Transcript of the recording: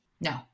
No